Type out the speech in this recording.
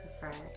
prefer